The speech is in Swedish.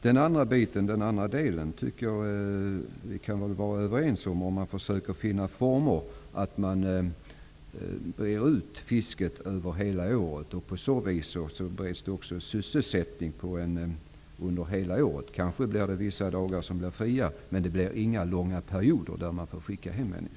Jag tycker att vi kan vara överens om den andra delen, att man försöker finna former för att fördela fisket över hela året. På så vis bereds också sysselsättning under hela året. Vissa dagar kan bli fria, men det blir inga långa perioder då man får skicka hem folk.